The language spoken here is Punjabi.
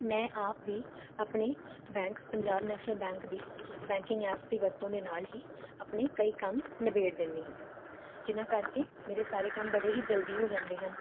ਮੈਂ ਆਪ ਵੀ ਆਪਣੇ ਬੈਂਕ ਪੰਜਾਬ ਨੈਸ਼ਨਲ ਬੈਂਕ ਦੀ ਬੈਂਕਿੰਗ ਐਪਸ ਦੀ ਵਰਤੋਂ ਦੇ ਨਾਲ ਹੀ ਆਪਣੇ ਕਈ ਕੰਮ ਨਿਬੇੜ ਦਿੰਦੀ ਹਾਂ ਜਿਨ੍ਹਾਂ ਕਰਕੇ ਮੇਰੇ ਸਾਰੇ ਕੰਮ ਬੜੇ ਹੀ ਜਲਦੀ ਹੋ ਜਾਂਦੇ ਹਨ